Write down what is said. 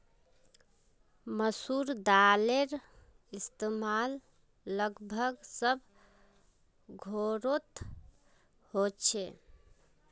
मसूर दालेर इस्तेमाल लगभग सब घोरोत होछे